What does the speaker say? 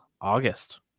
August